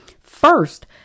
first